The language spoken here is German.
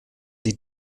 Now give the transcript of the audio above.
die